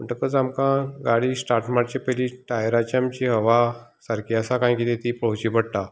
म्हणटकच आमकां गाडी स्टार्ट मारचे पयलीं टायराची आमची हवा सारकी आसा काय कितें ती पळोवची पडटा